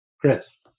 Chris